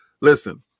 listen